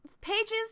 pages